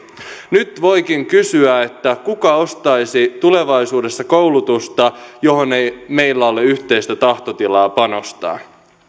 nyt voikin kysyä kuka ostaisi tulevaisuudessa koulutusta johon ei meillä ole yhteistä tahtotilaa panostaa